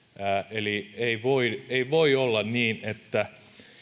eli ei voi olla niin että